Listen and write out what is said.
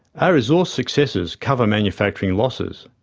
our resource successes cover manufacturing losses.